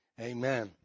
Amen